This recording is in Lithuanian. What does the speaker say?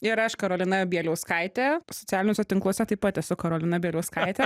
ir aš karolina bieliauskaitė socialiniuose tinkluose taip pat esu karolina bieliauskaitė